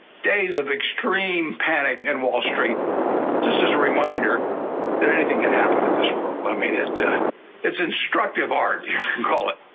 days of extreme panic and wall street just as a reminder that anything can happen in this world i mean it it's instructive art can call it